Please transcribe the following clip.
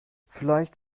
vielleicht